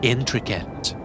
Intricate